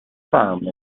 farm